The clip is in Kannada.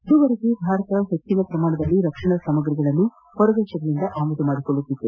ಇದುವರೆಗೂ ಭಾರತ ಹೆಚ್ಚಿನ ಪ್ರಮಾಣದಲ್ಲಿ ರಕ್ಷಣಾ ಸಾಮಾಗ್ರಿಗಳನ್ನು ಹೊರದೇಶಗಳಿಂದ ಆಮದು ಮಾಡಿಕೊಳ್ಳುತ್ತಿತ್ತು